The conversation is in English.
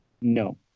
No